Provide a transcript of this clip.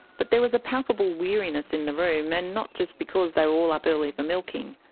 but there was a palpable weariness in the room, and not just because they were all up early for milking.